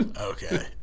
okay